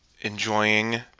enjoying